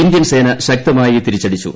ഇന്ത്യൻസേന ശക്തമായി തിരിച്ചടിച്ചു